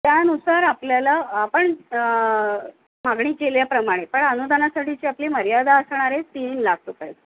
त्यानुसार आपल्याला आपण मागणी केल्याप्रमाणे पण अनुदानासाठीची आपली मर्यादा असणार आहे तीन लाख रुपये